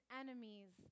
enemies